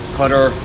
cutter